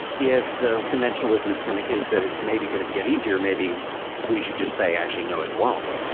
if the conventional wisdom it's going to is that it's maybe going to be get easier, maybe we should just say, actually, no, it won't.